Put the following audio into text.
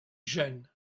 jeune